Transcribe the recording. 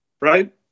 right